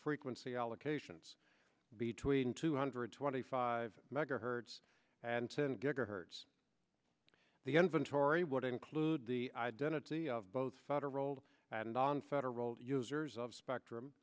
frequency allocations between two hundred twenty five megahertz and ten gigahertz the inventory would include the identity of both federal and on federal users of spectrum